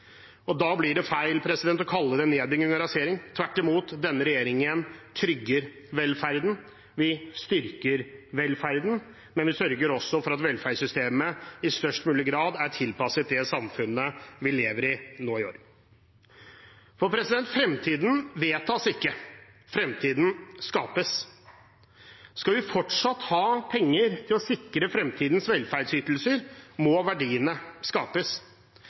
på. Da blir det feil å kalle det nedbygging og rasering. Tvert imot – denne regjeringen trygger velferden. Vi styrker velferden, men vi sørger også for at velferdssystemet i størst mulig grad er tilpasset det samfunnet vi lever i nå i år. For fremtiden vedtas ikke, fremtiden skapes. Skal vi fortsatt ha penger til å sikre fremtidens velferdsytelser, må verdiene skapes.